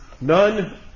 None